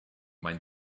mind